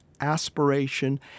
aspiration